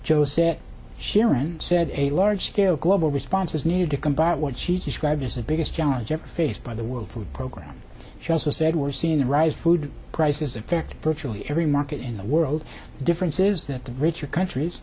joe said sharon said a large scale global response is needed to combat what she described as the biggest challenge ever faced by the world food program she also said we're seeing the rise food prices affect virtually every market in the world the difference is that the richer countries